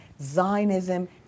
Zionism